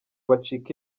bacika